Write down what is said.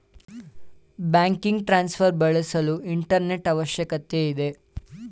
banking transfer ಬಳಸಲು internet ಅವಶ್ಯಕತೆ ಇದೆ